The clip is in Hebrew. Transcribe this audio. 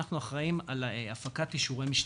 אנחנו אחראים על הפקת אישורי משטרה.